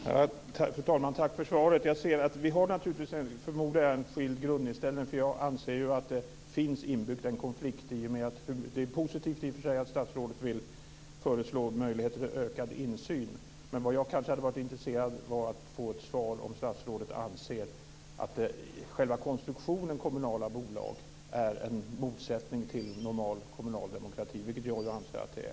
Fru talman! Tack för svaret! Jag förmodar att vi har skilda grundinställningar. Jag anser ju att det finns en konflikt inbyggd. Det är i och för sig positivt att statsrådet vill föreslå möjligheter till ökad insyn. Men jag var intresserad av att få ett svar om statsrådet anser att själva konstruktionen med kommunala bolag är en motsättning i förhållande till normal kommunal demokrati, vilket jag anser att den är.